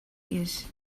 тиеш